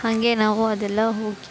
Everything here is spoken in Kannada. ಹಾಗೆ ನಾವು ಅದೆಲ್ಲ ಹೋಗಿ